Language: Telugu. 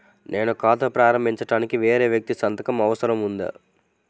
నేను ఖాతా ప్రారంభించటానికి వేరే వ్యక్తి సంతకం అవసరం ఉందా?